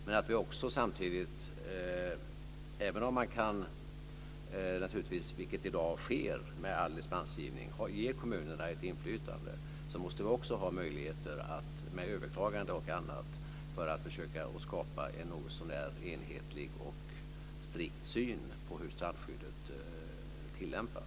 Och även om man naturligtvis kan ge kommunerna ett inflytande, vilket i dag sker med all dispensgivning, måste vi samtidigt också ha möjligheter att med överklaganden och annat försöka skapa en något så när enhetlig och strikt syn på hur strandskyddet tilllämpas.